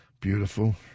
Beautiful